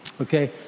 okay